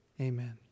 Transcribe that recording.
amen